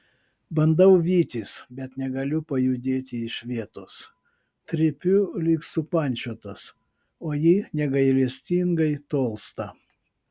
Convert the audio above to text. bandau vytis bet negaliu pajudėti iš vietos trypiu lyg supančiotas o ji negailestingai tolsta